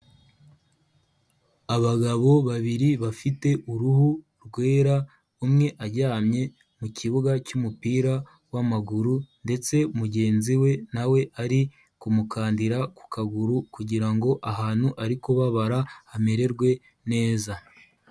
Abagabo babiri bafite uruhu rwera, umwe aryamye mu kibuga cy'umupira w'amaguru ndetse mugenzi we na we ari kumukandira ku kaguru kugira ngo ahantu ari kubabara hamererwe neza.